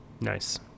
Nice